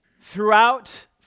throughout